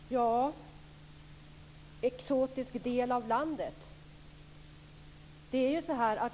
Fru talman! Carl-Erik Skårman talade om de exotiska delarna av landet.